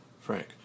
Frank